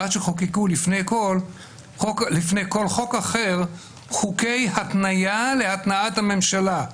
עד שחוקקו לפני כל חוק אחר חוקי התניה להתנעת הממשלה.